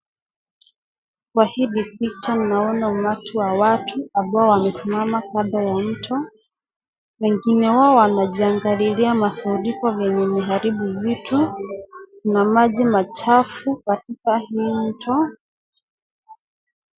Kwa hii picha naona umati wa watu ambao wamesimama kando ya mto. Wengine wao wanajiangalilia mafuriko yenye imeharibu vitu. Kuna maji machafu katika hii mto.